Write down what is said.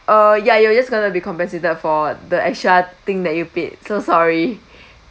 uh ya you're just gonna be compensated for the extra thing that you paid so sorry